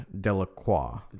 Delacroix